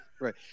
right